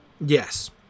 Yes